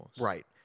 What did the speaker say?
Right